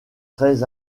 très